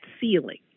ceiling